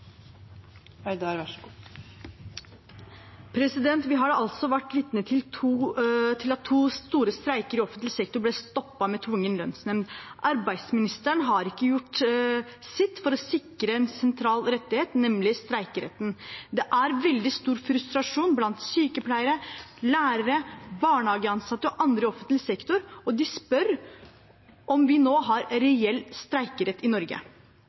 Vi har altså vært vitne til at to store streiker i offentlig sektor ble stoppet med tvungen lønnsnemnd. Arbeidsministeren har ikke gjort sitt for å sikre en sentral rettighet, nemlig streikeretten. Det er veldig stor frustrasjon blant sykepleiere, lærere, barnehageansatte og andre i offentlig sektor, og de spør om vi nå har reell streikerett i Norge.